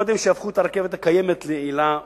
קודם שיהפכו את הרכבת הקיימת ליעילה ומועילה.